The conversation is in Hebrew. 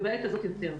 ובעת הזאת יותר.